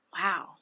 Wow